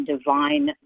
divine